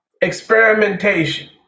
experimentation